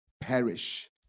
Perish